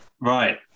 Right